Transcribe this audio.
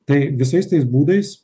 tai visais tais būdais